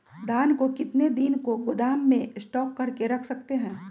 धान को कितने दिन को गोदाम में स्टॉक करके रख सकते हैँ?